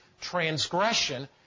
transgression